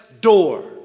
door